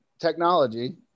technology